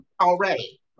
already